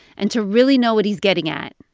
and to really know what he's getting at,